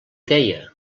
deia